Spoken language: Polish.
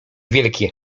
wielkie